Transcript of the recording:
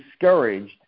discouraged